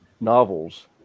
novels